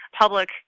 public